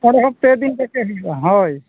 ᱚᱸᱰᱮ ᱦᱚᱸ ᱯᱮᱫᱤᱱ ᱠᱟᱛᱮᱫ ᱦᱩᱭᱩᱜᱼᱟ ᱦᱳᱭ